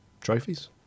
trophies